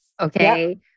okay